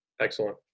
Excellent